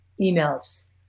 emails